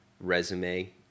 resume